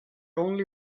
only